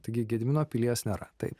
taigi gedimino pilies nėra taip